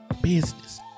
business